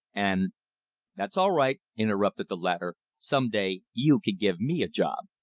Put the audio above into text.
and that's all right, interrupted the latter, some day you can give me a job.